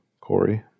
Corey